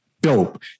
dope